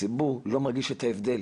הציבור לא מרגיש את ההבדל,